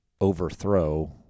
overthrow